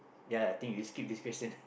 ya I think you just skip this question